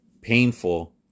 painful